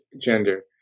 gender